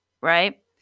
right